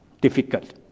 difficult